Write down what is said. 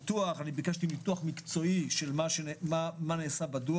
ביקשתי ניתוח מקצועי של מה שנעשה מתוך